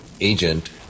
agent